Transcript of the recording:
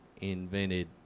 Invented